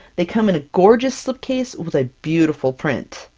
they come in a gorgeous slip case, with a beautiful print!